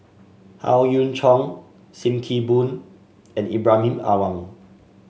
Howe Yoon Chong Sim Kee Boon and Ibrahim Awang